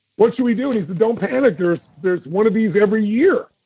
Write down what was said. what should we do? and he said, don't panic. there's there's one of these every year.